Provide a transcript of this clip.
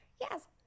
yes